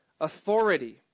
authority